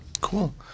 Cool